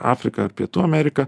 afriką pietų ameriką